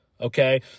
okay